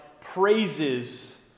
praises